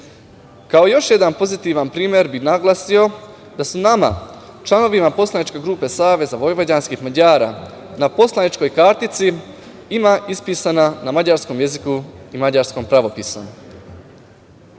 još jedan pozitivan primer bi naglasio da su nama članovima poslaničke grupe SVM na poslaničkoj kartici imena ispisana na mađarskom jeziku i mađarskom pravopisu.